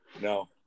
No